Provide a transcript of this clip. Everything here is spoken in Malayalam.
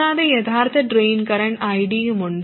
കൂടാതെ യഥാർത്ഥ ഡ്രെയിൻ കറന്റ് ID യുമുണ്ട്